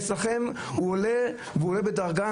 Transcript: אצלכם הוא עולה והוא עולה בדרגה,